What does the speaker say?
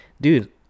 dude